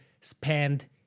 spend